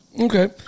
Okay